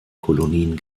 kolonien